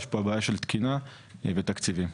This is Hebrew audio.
אלא של תקינה ותקציבים.